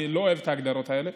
אני לא אוהב את ההגדרות האלה.